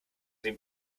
dem